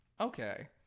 Okay